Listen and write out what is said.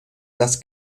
das